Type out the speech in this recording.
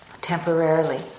temporarily